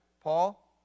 Paul